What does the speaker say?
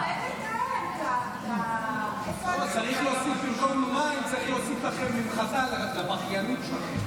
במקום מים צריך להוסיף לכם ממחטה לבכיינות שלכם.